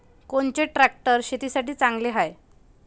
कोनचे ट्रॅक्टर शेतीसाठी चांगले हाये?